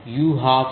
కు సమానం